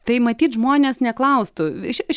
tai matyt žmonės neklaustų iš iš